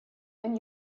and